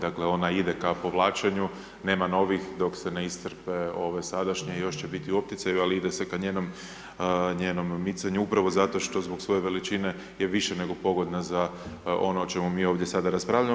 Dakle, ona ide ka povlačenju, nema novih dok se ne iscrpe ove sadašnje, još će biti u opticaju, ali ide se ka njenom micanju upravo zato što zbog svoje veličine je više nego pogodna za ono o čemu mi ovdje sada raspravljamo.